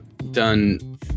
done